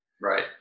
Right